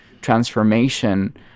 transformation